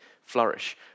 flourish